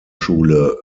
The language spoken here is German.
schule